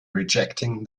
rejecting